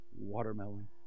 watermelon